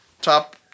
top